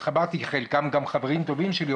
חלקם גם חברים טובים שלי,